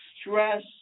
stress